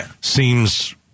seems